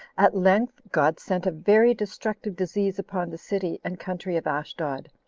at length god sent a very destructive disease upon the city and country of ashdod,